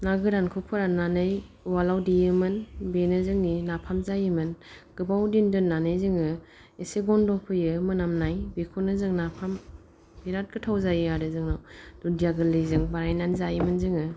ना गोरानखौ फोराननानै उवालाव देयोमोन बेनो जोंनि नाफाम जायोमोन गोबाव दिन दोननानै जों एसे गन्द' फैयो मोनामनाय बेखौनो जों नाफाम बिराद गोथाव जायो आरो जोंनाव दुन्दिया गोरलैजों बानायनानै जायोमोन जों